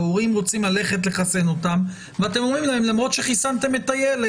ההורים רוצים ללכת לחסן אותם ואתם אומרים להם שלמרות שחיסנתם את הילד,